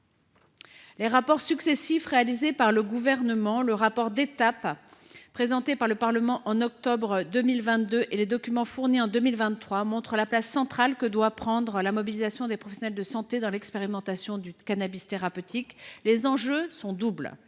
Les rapports successifs réalisés par le Gouvernement, le rapport d’étape présenté par le Parlement en octobre 2022 et les documents fournis en 2023 montrent l’importance de la mobilisation des professionnels de santé dans l’expérimentation du cannabis thérapeutique. Les enjeux sont doubles